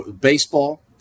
Baseball